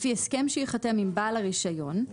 לפי הסכם שייחתם עם בעל הרישיון,